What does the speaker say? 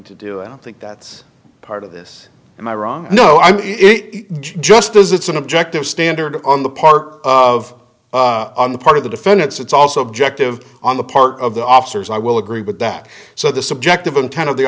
to do i don't think that's part of this am i wrong no i'm just does it's an objective standard on the part of on the part of the defendants it's also objective on the part of the officers i will agree with that so the subjective intent of the